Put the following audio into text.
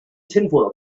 tinfoil